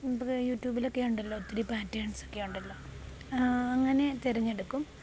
ഇവിടെ യൂ ട്യുബിലൊക്കെ ഉണ്ടല്ലോ ഒത്തിരി പറ്റേൺസ് ഒക്കെ ഉണ്ടല്ലോ അങ്ങനെ തെരെഞ്ഞെടുക്കും